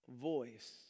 voice